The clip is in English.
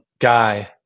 guy